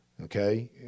Okay